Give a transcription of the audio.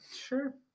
Sure